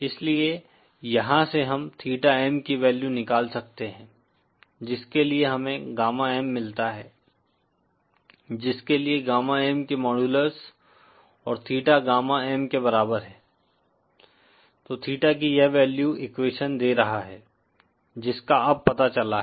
इसलिए यहां से हम थीटा M की वैल्यू निकाल सकते है जिसके लिए हमें गामा M मिलता है जिसके लिए गामा के मॉडूलर्स और थीटा गामा M के बराबर है तो थीटा की यह वैल्यू एक्वेशन दे रहा है जिसका अब पता चला है